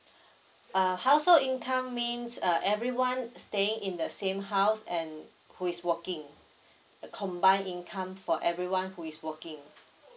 uh household income means uh everyone staying in the same house and who is working uh combine income for everyone who is working